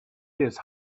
his